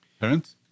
parents